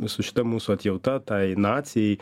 su šita mūsų atjauta tai nacijai